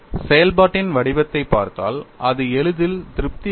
செயல்பாட்டின் வடிவத்தைப் பார்த்தால் அது எளிதில் திருப்தி அளிக்கும்